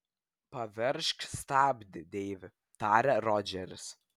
paveržk stabdį deivi tarė rodžeris